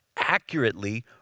Accurately